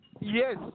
Yes